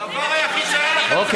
זו המטרה שלכם, לחלק אותה.